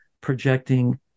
projecting